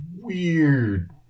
weird